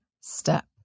step